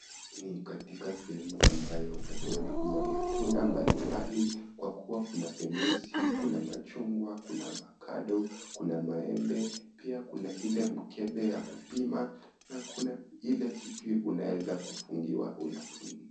Ni katika sehemu ambayo watu wanauza matunda mbalimbali. Kwa kuwa kuna fenesi, kuna machungwa, kuna avokado, kuna maembe; pia kuna ile mkebe ya kupima na kuna ile kitu unaweza kufungiwa unaponunua.